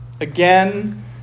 again